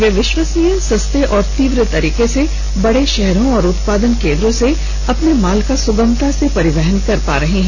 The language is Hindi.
वे विश्वसनीय सस्ते और तीव्र तरीके से बड़े शहरों और उत्पादन केंद्रों से अपने माल का सुगमता से परिवहन कर पा रहे हैं